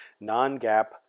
non-gap